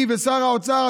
היא ושר האוצר,